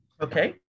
Okay